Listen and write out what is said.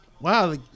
Wow